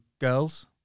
girls